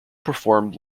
performed